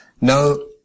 No